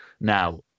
Now